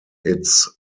its